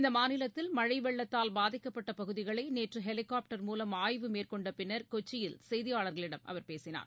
இந்தமாநிலத்தில் மழைவெள்ளத்தால் பாதிக்கப்பட்டபகுதிகளைநேற்றுஹெலிகாப்டர் மூலம் ஆய்வு மேற்கொண்டபின்னர் கொச்சியில் செய்தியாளர்களிடம் அவர் பேசினார்